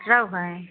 सब हैं